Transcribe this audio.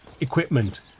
equipment